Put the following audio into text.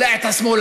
אולי אתה שמאלני,